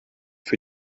für